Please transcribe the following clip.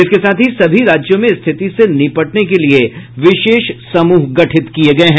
इसके साथ ही सभी राज्यों में स्थिति से निपटने के लिए विशेष समूह गठित किए हैं